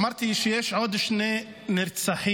אמרתי שיש עוד שני נרצחים,